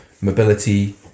mobility